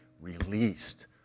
released